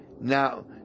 now